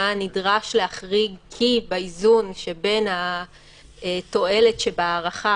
מה נדרש להחריג כי באיזון שבין התועלת שבהארכה